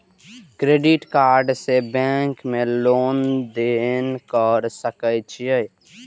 Credit card से bank में लेन देन कर सके छीये?